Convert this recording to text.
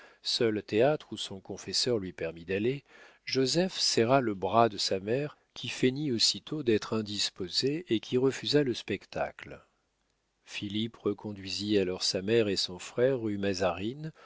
seul théâtre où son confesseur lui permît d'aller joseph serra le bras de sa mère qui feignit aussitôt d'être indisposée et qui refusa le spectacle philippe reconduisit alors sa mère et son frère rue mazarine